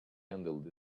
handled